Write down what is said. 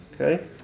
Okay